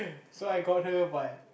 so I got her but